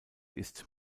ist